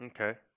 Okay